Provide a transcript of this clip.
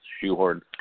shoehorn